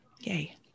Yay